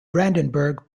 brandenburg